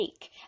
take